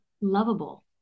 lovable